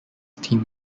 team